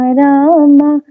rama